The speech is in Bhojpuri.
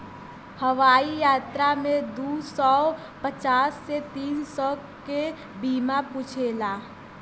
हवाई यात्रा में दू सौ पचास से तीन सौ के बीमा पूछेला